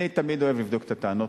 אני תמיד אוהב לבדוק את הטענות.